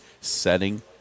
setting